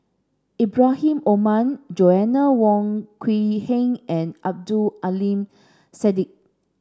Ibrahim Omar Joanna Wong Quee Heng and Abdul Aleem